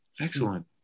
Excellent